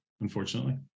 unfortunately